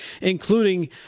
including